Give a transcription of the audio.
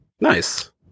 Nice